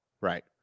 Right